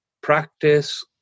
practice